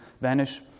vanish